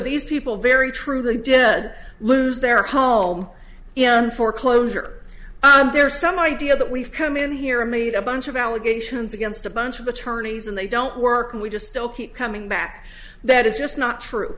these people very truly did lose their home and foreclosure there are some idea that we've come in here and made a bunch of allegations against a bunch of attorneys and they don't work and we just still keep coming back that is just not true